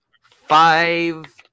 five